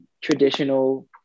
traditional